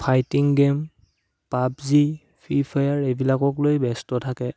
fighting game PUBG free fire এইবিলাকক লৈ ব্যস্ত থাকে